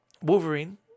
Wolverine